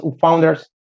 founders